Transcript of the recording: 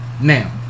Now